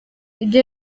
ibyo